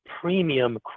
premium